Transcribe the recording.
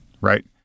Right